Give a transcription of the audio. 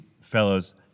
fellows